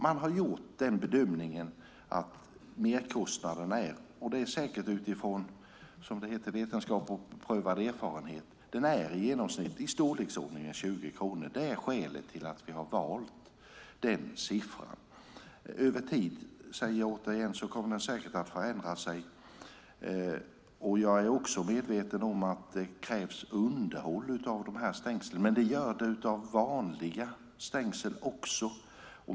Man har gjort bedömningen, säkert utifrån vetenskap och beprövad erfarenhet, som det heter, att merkostnaden i genomsnitt är i storleksordningen 20 kronor. Det är skälet till att vi har valt den siffran. Över tid kommer den säkert att förändra sig. Jag är också medveten om att det krävs underhåll av de här stängslen, men det gör det av vanliga stängsel också.